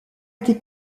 été